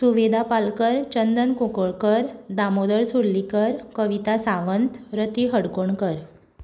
Suveda Palkar Chandan Kunkalkar Damodar Surlikar Kavita Sawant Rati Hadkonkar